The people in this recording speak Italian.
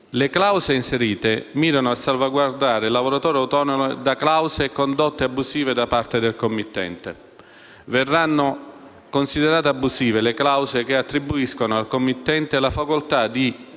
Le clausole inserite mirano a salvaguardare il lavoratore autonomo da clausole e condotte abusive da parte del committente. Verranno considerate abusive le clausole che attribuiscono al committente la facoltà di